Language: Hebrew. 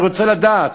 אני רוצה לדעת.